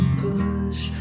push